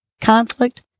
conflict